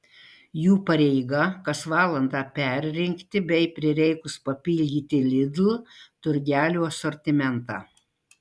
jų pareiga kas valandą perrinkti bei prireikus papildyti lidl turgelio asortimentą